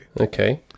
okay